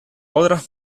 otras